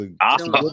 awesome